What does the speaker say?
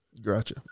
Gotcha